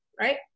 right